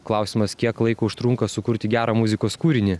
klausimas kiek laiko užtrunka sukurti gerą muzikos kūrinį